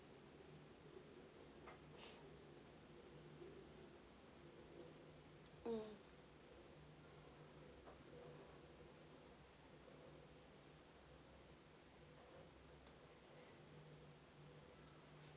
mm